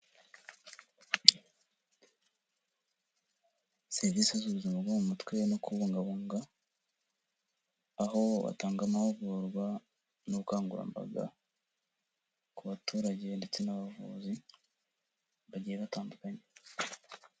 Serivisi z'ubuzima bwo mu mutwe no kubungabunga aho batanga amahugurwa n'ubukangurambaga ku baturage ndetse n'abavuzi bagiye batandukanye.